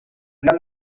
real